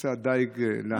ומבצע דיג להנאתו.